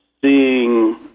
seeing